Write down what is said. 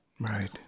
Right